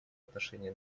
отношении